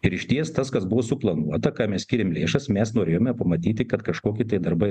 ir išties tas kas buvo suplanuota ką mes skyrėm lėšas mes norėjome pamatyti kad kažkokie tai darbai